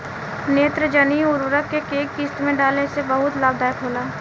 नेत्रजनीय उर्वरक के केय किस्त में डाले से बहुत लाभदायक होला?